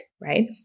right